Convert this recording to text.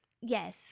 Yes